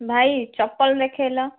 ଭାଇ ଚପଲ ଦେଖାଇଲ